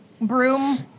Broom